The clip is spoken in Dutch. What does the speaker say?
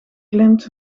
klimt